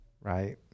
right